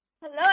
Hello